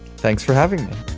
thanks for having me